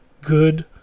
good